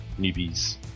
newbies